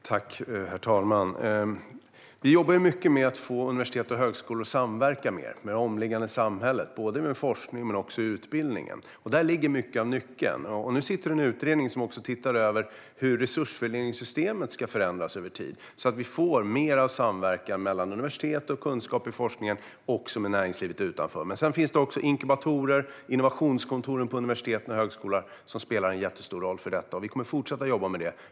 Herr talman! Vi jobbar mycket med att få universitet och högskolor att samverka mer med det omkringliggande samhället, med forskningen men också med utbildningen. Där ligger en stor del av nyckeln. Dessutom ser en utredning nu över hur resursfördelningssystemet ska förändras över tid, så att vi får mer samverkan mellan universitet och kunskap i forskningen och med näringslivet utanför. Men också inkubatorer och innovationskontoren på universitet och högskolor spelar en stor roll i detta. Vi kommer att fortsätta jobba med det.